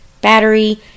battery